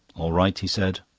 all right, he said,